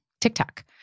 TikTok